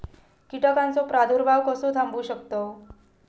कीटकांचो प्रादुर्भाव कसो थांबवू शकतव?